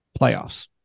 playoffs